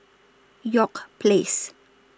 York Place